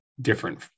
different